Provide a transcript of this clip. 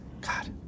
God